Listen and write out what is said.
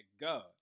god